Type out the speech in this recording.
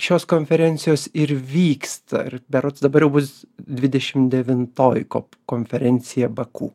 šios konferencijos ir vyksta ir berods dabar jau bus dvidešim devintoji kop konferencija baku